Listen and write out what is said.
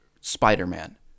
Spider-Man